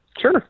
Sure